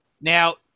Now